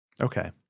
Okay